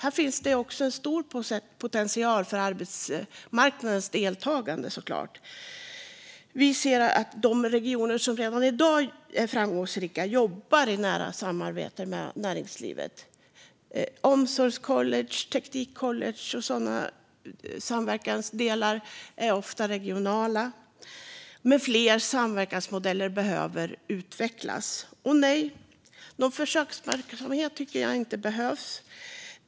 Här finns såklart stor potential för arbetsmarknadens deltagande. Vi ser att de regioner som redan i dag är framgångsrika jobbar i nära samarbete med näringslivet. Omsorgscollege, teknikcollege och sådana samverkansdelar är ofta regionala, men fler samverkansmodeller behöver utvecklas. Och nej - någon försöksverksamhet behövs inte.